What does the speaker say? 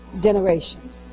generation